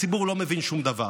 הציבור לא מבין שום דבר.